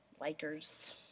likers